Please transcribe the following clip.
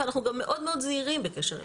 ואנחנו גם מאוד מאוד זהירים בקשר אליהם.